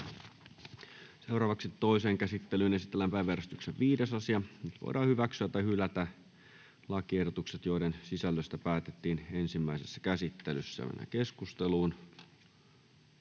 Juuri näin. Toiseen käsittelyyn esitellään päiväjärjestyksen 4. asia. Nyt voidaan hyväksyä tai hylätä lakiehdotukset, joiden sisällöstä päätettiin ensimmäisessä käsittelyssä. — Keskusteluun,